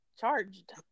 Charged